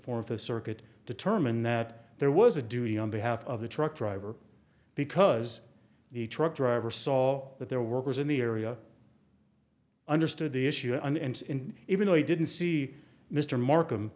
fourth a circuit determined that there was a duty on behalf of the truck driver because the truck driver saw that their workers in the area understood the issue and in even though i didn't see mr mark